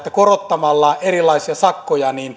korottamalla erilaisia sakkoja